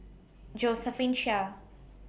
Josephine Chia